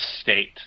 state